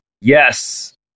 Yes